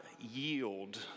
yield